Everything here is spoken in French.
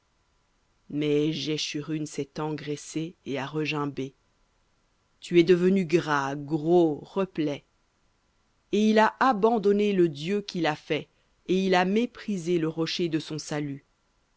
mais jeshurun s'est engraissé et a regimbé tu es devenu gras gros replet et il a abandonné le dieu qui l'a fait et il a méprisé le rocher de son salut